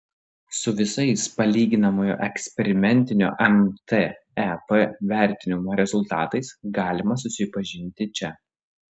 su visais palyginamojo ekspertinio mtep vertinimo rezultatais galima susipažinti čia